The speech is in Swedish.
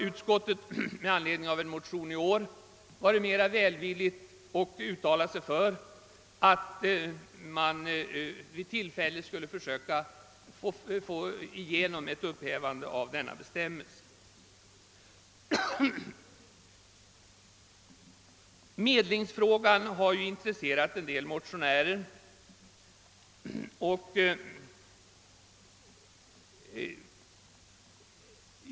Utskottet har nu i anledning av en motion detta år ställt sig mera välvilligt och uttalat sig för att man vid tillfälle skulle försöka få igenom ett upphävande av denna bestämmelse. Medlingsfrågan har intresserat en del motionärer.